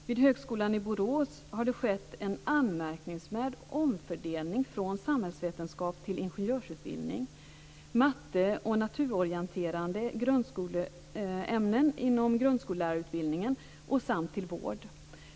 Vid Högskolan i Borås har det skett en anmärkningsvärd omfördelning från samhällsvetenskap till ingenjörsutbildning, matte och naturorienterande ämnen inom grundskollärarutbildningen samt till vård.